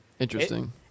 Interesting